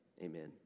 Amen